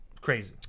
Crazy